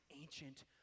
ancient